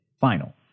final